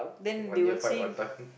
one year fight one time